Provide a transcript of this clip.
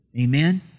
Amen